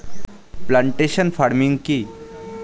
Plantation farming কি?